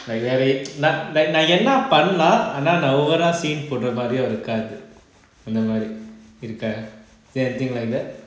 like very நான் என்ன பண்ணலாம் ஆனா நான்:naan enna pannalam aana naan over eh scene போடுற மாறியும் இருக்காது அந்த மாறி இருக்காது:podura maariyum irukaathu antha maari irukaathu is there anything like that